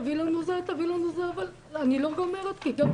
תביאי לנו זה' אבל אני לא גומרת כי גם